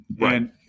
Right